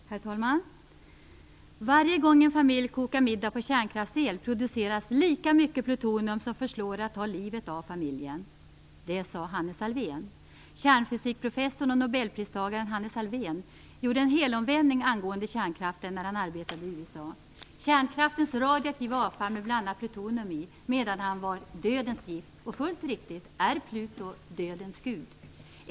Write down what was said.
Herr talman! "Varje gång en familj kokar middag på kärnkraftsel produceras lika mycket plutonium som förslår att ta livet av familjen." Det sade Hannes Alfvén. Kärnfysikprofessorn och nobelpristagaren Hannes Alfvén gjorde en helomvändning angående kärnkraften när han arbetade i USA. Kärnkraftens radioaktiva avfall med bl.a. plutonium menade han var dödens gift, och fullt riktigt är Pluto dödens gud.